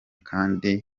kandi